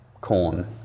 corn